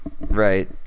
Right